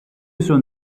son